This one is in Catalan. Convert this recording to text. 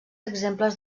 exemples